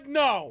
no